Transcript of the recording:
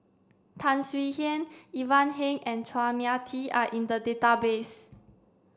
Tan Swie Hian Ivan Heng and Chua Mia Tee are in the database